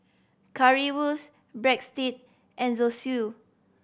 Currywurst Breadstick and Zosui